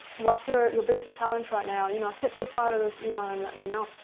what's your your biggest challenge right now? you know hit reply to this email and let me know.